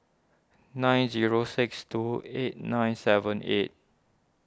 nine zero six two eight nine seven eight